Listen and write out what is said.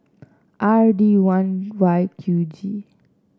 R D one Y Q G